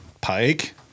pike